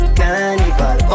carnival